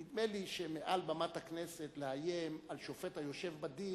נדמה לי שמעל במת הכנסת לאיים על שופט היושב בדין,